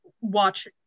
watch